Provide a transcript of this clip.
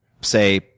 say